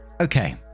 okay